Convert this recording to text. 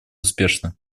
успешно